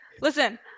listen